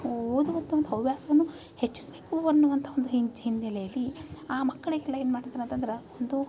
ಓದುವಂತಹ ಒಂದು ಹವ್ಯಾಸವನ್ನು ಹೆಚ್ಚಿಸಬೇಕು ಅನ್ನುವಂಥ ಒಂದು ಹಿನ್ನೆಲೆಯಲ್ಲಿ ಆ ಮಕ್ಕಳಿಗೆಲ್ಲ ಏನು ಮಾಡ್ತಾರ್ ಅಂತಂದ್ರೆ ಒಂದು